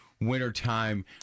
wintertime